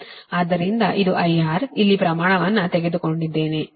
ಆದ್ದರಿಂದ ಇದು IR ಇಲ್ಲಿ ಪ್ರಮಾಣವನ್ನು ತೆಗೆದುಕೊಂಡಿದ್ದೇನೆ ಇದು IX ಮತ್ತು ಇದು ವೋಲ್ಟೇಜ್ VS ಆಗಿದೆ